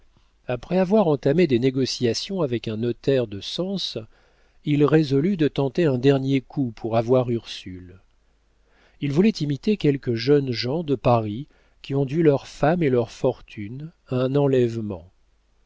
après avoir entamé des négociations avec un notaire de sens il résolut de tenter un dernier coup pour avoir ursule il voulait imiter quelques jeunes gens de paris qui ont dû leur femme et leur fortune à un enlèvement